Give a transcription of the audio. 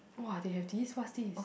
!wah! they have this what is this